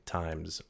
times